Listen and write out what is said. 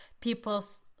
people's